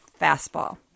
fastball